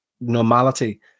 normality